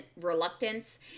reluctance